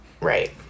Right